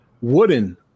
Wooden